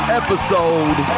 episode